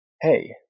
hey